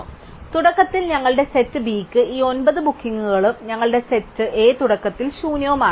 അതിനാൽ തുടക്കത്തിൽ ഞങ്ങളുടെ സെറ്റ് B ക്ക് ഈ ഒൻപത് ബുക്കിംഗുകളും ഞങ്ങളുടെ സെറ്റ് A തുടക്കത്തിൽ ശൂന്യവുമാണ്